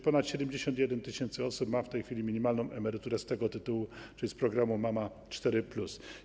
Ponad 71 tys. osób ma w tej chwili minimalną emeryturę z tego tytułu, czyli z programu „Mama 4+”